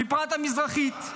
בפרט המזרחית,